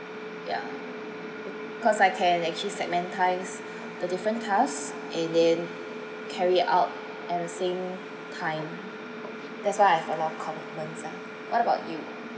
yeah cause I can actually segment the different tasks and then carry out at the same time that's why I felt a lot of confidence lah what about you